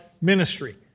ministry